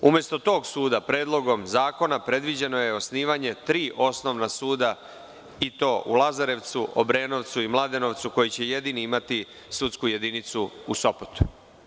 Umesto tog suda, Predlogom zakona predviđeno je osnivanje tri osnovna suda, i to u Lazarevcu, Obrenovcu i Mladenovcu, koji će jedini imati sudsku jedinicu u Sopotu.